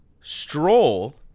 stroll